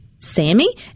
Sammy